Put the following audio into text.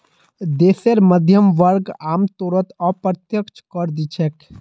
देशेर मध्यम वर्ग आमतौरत अप्रत्यक्ष कर दि छेक